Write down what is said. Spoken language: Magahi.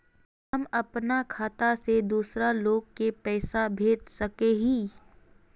हम अपना खाता से दूसरा लोग के पैसा भेज सके हिये?